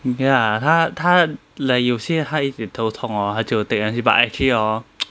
ya 他他 like 有些他一点头疼 hor 他就 take M_C but actually hor